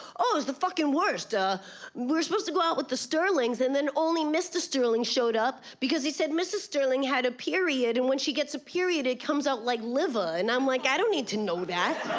oh, it was the fucking worst. ah, we were supposed to go out with the sterlings, and then only mr. sterling showed up. because he said mrs. sterling had her period. and when she gets her period, it comes out like liver. and i'm like, i don't need to know that